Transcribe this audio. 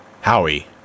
Howie